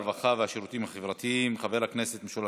הרווחה והשירותים החברתיים חבר הכנסת משולם